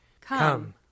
Come